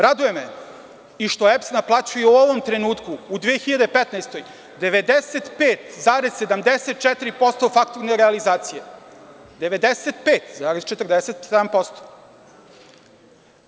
Raduje me i što EPS naplaćuje u ovom trenutku, u 2015. godini 95,74% fakturne realizacije, 95,47%